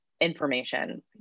information